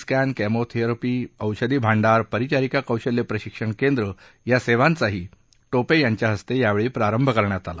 scan chemotherapy औषधी भांडार परिचारिका कौशल्य प्रशिक्षण केंद्र या सेवांचाही टोपे यांच्या हस्ते यावेळी प्रारंभ करण्यात आला